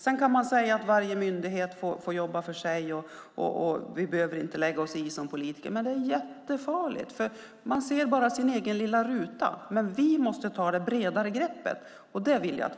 Vi kan säga att varje myndighet ska jobba för sig och att vi inte ska lägga oss i som politiker. Men det är farligt. Vi ser bara vår egen lilla ruta, men vi måste ta det bredare greppet.